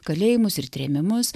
kalėjimus ir trėmimus